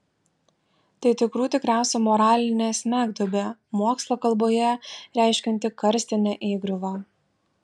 tai tikrų tikriausia moralinė smegduobė mokslo kalboje reiškianti karstinę įgriuvą